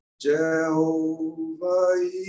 Jehovah